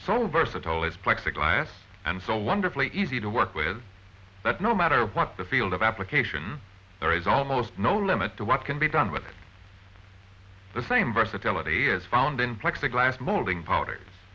so versatile is plexiglas and so wonderfully easy to work with that no matter what the field of application there is almost no limit to what can be done with the same versatility as found in plexiglass moving p